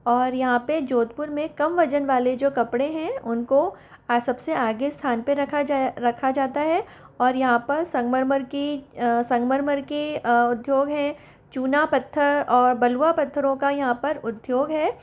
और यहाँ पर जोधपुर में कम वज़न वाले जो कपड़े हैं उनको आ सब से आगे स्थान पर रखा जाय रखा जाता है और यहाँ पर संगमरमर की संगमरमर के उद्योग हैं चूना पत्थर और बलुआ पत्थरों का यहाँ पर उद्योग है